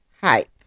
Hype